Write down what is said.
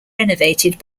renovated